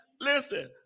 listen